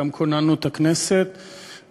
כגון מספרי